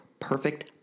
perfect